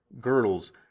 girdles